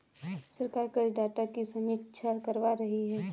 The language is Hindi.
सरकार कृषि डाटा की समीक्षा करवा रही है